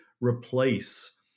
replace